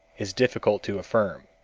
is difficult to affirm.